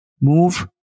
Move